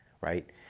right